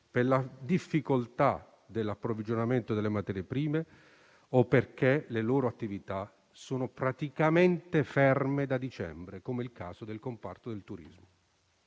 per la difficoltà nell'approvvigionamento delle materie prime o perché le loro attività sono praticamente ferme da dicembre, come è il caso del comparto turistico.